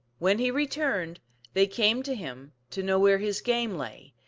when he returned they came to him to know where his game lay,